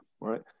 right